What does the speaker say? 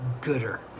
gooder